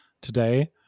today